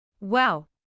Wow